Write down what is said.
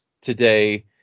today